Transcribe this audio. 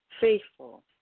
faithful